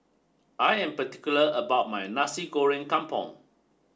I am particular about my Nasi Goreng Kampung